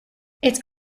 its